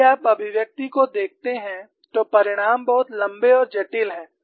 यदि आप अभिव्यक्ति को देखते हैं तो परिणाम बहुत लंबे और जटिल हैं